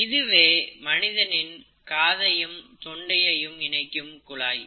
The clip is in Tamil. இதுவே மனிதனின் காதையும் தொண்டையையும் இணைக்கும் குழாய்